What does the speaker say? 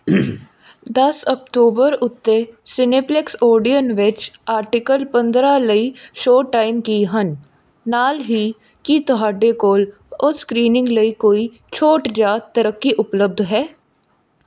ਦਸ ਅਕਤੂਬਰ ਉੱਤੇ ਸਿਨੇਪਲੇਕਸ ਓਡੀਓਨ ਵਿੱਚ ਆਰਟੀਕਲ ਪੰਦਰ੍ਹਾਂ ਲਈ ਸ਼ੋਅ ਟਾਈਮ ਕੀ ਹਨ ਨਾਲ ਹੀ ਕੀ ਤੁਹਾਡੇ ਕੋਲ ਉਸ ਸਕ੍ਰੀਨਿੰਗ ਲਈ ਕੋਈ ਛੋਟ ਜਾਂ ਤਰੱਕੀ ਉਪਲਬਧ ਹੈ